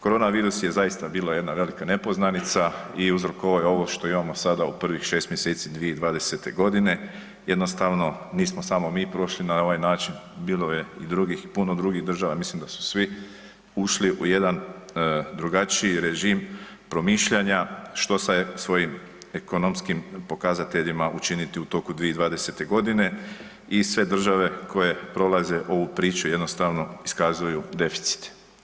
Koronavirus je zaista bila jedna velika nepoznanica i uzrok ovo što imamo sada u prvih 6 mjeseci 2020. g. jednostavno, nismo samo mi prošli na ovaj način, bilo je i drugih, puno drugih država, mislim da su svi ušli u jedan drugačiji režim promišljanja, što sa svojim ekonomskim pokazateljima učiniti u toku 2020. g. i sve države koje prolaze ovu priču, jednostavno, iskazuju deficit.